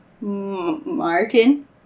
Martin